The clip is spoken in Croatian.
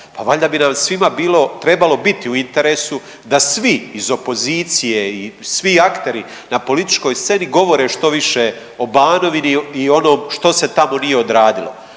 valjda bi nam svima bilo, trebalo biti u interesu da svi iz opozicije i svi akteri na političkoj sceni govore što više o Banovini i onom što se tamo nije odradilo